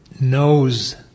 knows